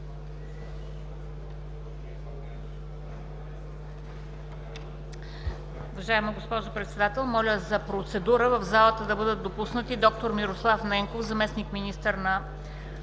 Уважаеми господин Председател, моля за процедура в залата да бъдат допуснати д-р Мирослав Ненков – заместник-министър на